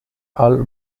all